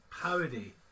parody